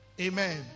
Amen